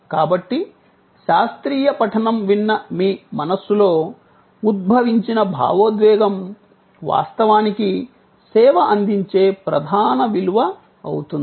కాబట్టి శాస్త్రీయ పఠనం విన్న మీ మనస్సులో ఉద్భవించిన భావోద్వేగం వాస్తవానికి సేవ అందించే ప్రధాన విలువ అవుతుంది